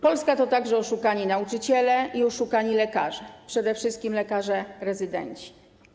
Polska to także oszukani nauczyciele i oszukani lekarze, przede wszystkim lekarze rezydenci.